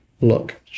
look